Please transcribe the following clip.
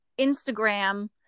instagram